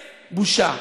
בושה.